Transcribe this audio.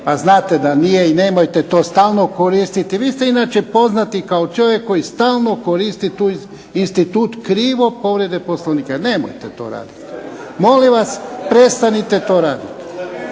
Pa znate da nije i nemojte to stalno koristiti. Vi ste inače poznati kao čovjek koji stalno koristi tu institut krivo povrede Poslovnika. Nemojte to raditi. Molim vas prestanite to raditi.